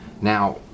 Now